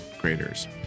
graders